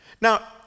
Now